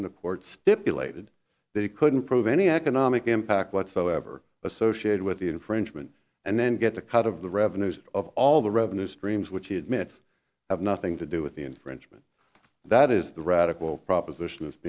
into court stipulated they couldn't prove any economic impact whatsoever associated with the infringement and then get the cut of the revenues of all the revenue streams which he admits have nothing to do with the infringement that is the radical proposition